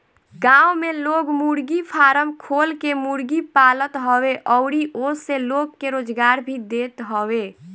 गांव में लोग मुर्गी फारम खोल के मुर्गी पालत हवे अउरी ओसे लोग के रोजगार भी देत हवे